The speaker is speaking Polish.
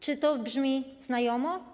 Czy to brzmi znajomo?